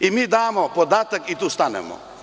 Mi damo podatak i tu stanemo.